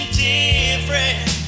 different